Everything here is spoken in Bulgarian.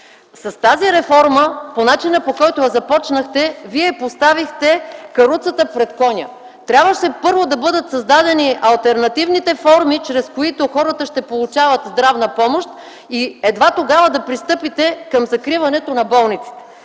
здравни грижи. С начина, по който започнахте тази реформа, вие поставихте каруцата пред коня. Трябваше първо да бъдат създадени алтернативните форми, чрез които хората ще получават здравна помощ, и едва тогава да пристъпите към закриването на болниците.